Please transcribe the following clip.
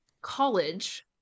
college